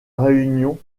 réunion